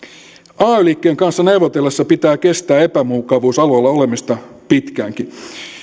ay liikkeen kanssa neuvotellessa pitää kestää epämukavuusalueella olemista pitkäänkin